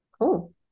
cool